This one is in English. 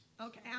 Okay